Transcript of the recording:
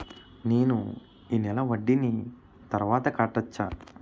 నేను ఈ నెల వడ్డీని తర్వాత కట్టచా?